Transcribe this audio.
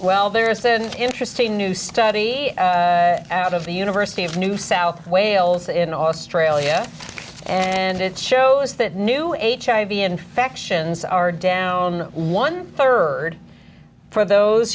well there's an interesting new study out of the university of new south wales in australia and it shows that new age hiv infections are down one third for those